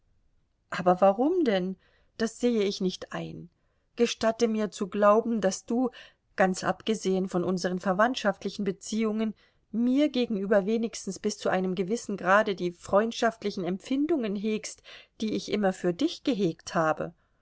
aber warum denn das sehe ich nicht ein gestatte mir zu glauben daß du ganz abgesehen von unseren verwandtschaftlichen beziehungen mir gegenüber wenigstens bis zu einem gewissen grade die freundschaftlichen empfindungen hegst die ich immer für dich gehegt habe